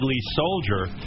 soldier